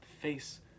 face